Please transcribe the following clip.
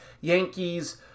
Yankees